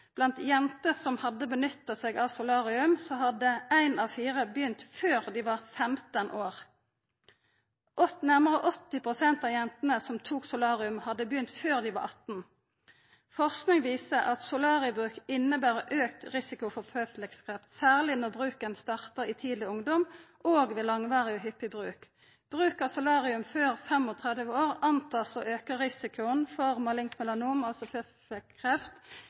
Blant jenter som hadde nytta solarium, hadde ein av fire begynt før dei var 15 år. Nærmare 80 pst. av jentene som tok solarium, hadde begynt før dei var 18. Forsking viser at solariebruk inneber auka risiko for føflekkkreft, særleg når bruken starta i tidleg ungdom og ved langvarig og hyppig bruk. Ein antar at bruk av solarium før 35 år aukar risikoen for malignt melanom, altså